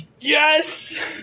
Yes